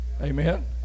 Amen